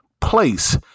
place